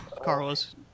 Carlos